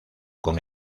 con